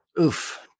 Oof